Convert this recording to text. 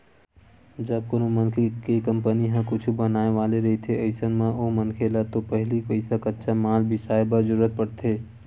जब कोनो मनखे के कंपनी ह कुछु बनाय वाले रहिथे अइसन म ओ मनखे ल तो पहिली पइसा कच्चा माल बिसाय बर जरुरत पड़थे